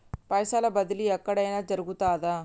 పైసల బదిలీ ఎక్కడయిన జరుగుతదా?